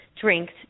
drinks